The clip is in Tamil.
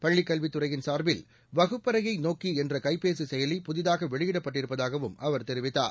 பள்ளிக்கல்வித் துறையின் சாா்பில் வகுப்பறையை நோக்கி என்ற கைபேசிசுயலி புதிதாக வெளியிடப்பட்டிருப்பதாகவும் அவர் தெரிவித்தார்